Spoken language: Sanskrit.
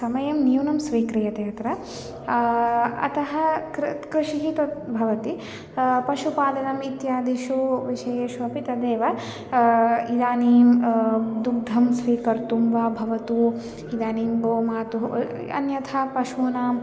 समयः न्यूनः स्वीक्रियते अत्र अतः कृत् कृषिः तत् भवति पशुपालनम् इत्यादिषु विषयेषु अपि तदेव इदानीं दुग्धं स्वीकर्तुं वा भवतु इदानीं गोमातुः अन्यथा पशूनां